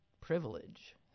privilege